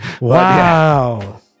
wow